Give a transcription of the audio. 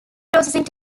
processing